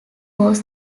was